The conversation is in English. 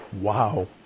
Wow